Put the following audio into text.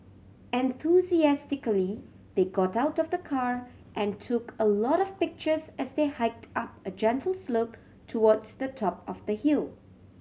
enthusiastically they got out of the car and took a lot of pictures as they hiked up a gentle slope towards the top of the hill